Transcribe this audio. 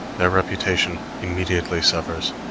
their reputation immediately suffers.